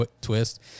twist